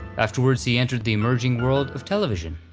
afterwards he entered the emerging world of television,